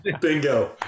Bingo